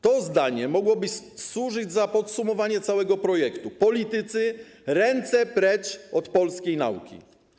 To zdanie mogłoby służyć za podsumowanie całego projektu: politycy, ręce precz od polskiej nauki.